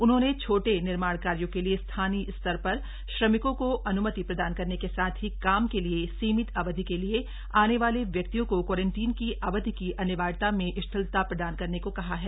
उन्होंने छोटे निर्माण कार्यों के लिये स्थानीय स्तर पर श्रमिकों को अन्मति प्रदान करने के साथ ही काम के लिए सीमित अवधि के लिये थे ने वाले व्यक्तियों को क्वारंटीन की अवधि की अनिवार्यता में शिथिलता प्रदान करने को कहा है